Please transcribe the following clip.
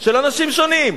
של אנשים שונים,